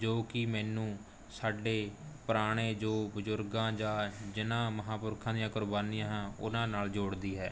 ਜੋ ਕਿ ਮੈਨੂੰ ਸਾਡੇ ਪੁਰਾਣੇ ਜੋ ਬਜ਼ੁਰਗਾਂ ਜਾਂ ਜਿਨ੍ਹਾਂ ਮਹਾਂਪੁਰਖਾਂ ਦੀਆਂ ਕੁਰਬਾਨੀਆਂ ਉਹਨਾਂ ਨਾਲ ਜੋੜਦੀ ਹੈ